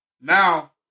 now